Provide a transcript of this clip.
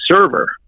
server